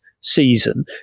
Season